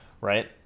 right